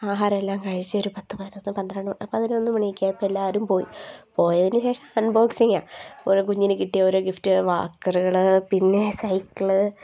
ആഹാരമെല്ലാം കഴിച്ച് ഒരു പത്ത് പതിനൊന്ന് പന്ത്രണ്ട് മണി പതിനൊന്ന് മണിയൊക്കെ ആയപ്പോൾ എല്ലാവരും പോയി പോയതിനു ശേഷം അൺബോക്സിങ്ങാണ് അപ്പോരോ കുഞ്ഞിന് കിട്ടിയ ഓരോ ഗിഫ്റ്റ് വാക്കറുകൾ പിന്നെ സൈക്കിൾ